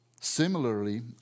similarly